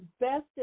best